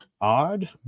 odd